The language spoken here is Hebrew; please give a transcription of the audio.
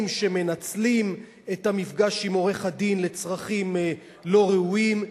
שמנצלים את המפגש עם עורך-הדין לצרכים לא ראויים.